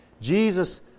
Jesus